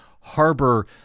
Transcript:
harbor